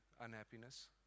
unhappiness